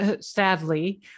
sadly